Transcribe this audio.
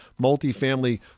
multifamily